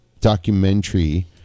documentary